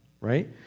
right